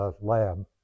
lab